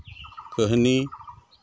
ᱠᱟᱹᱦᱱᱤ